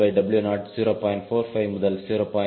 45 முதல் 0